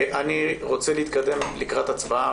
אני רוצה להתקדם לקראת הצבעה.